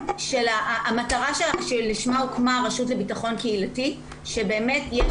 המטרה שלשמה הוקמה הרשות לביטחון קהילתי שבאמת יש